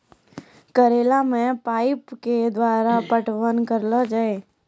करेला मे पाइप के द्वारा पटवन करना जाए?